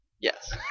Yes